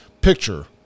picture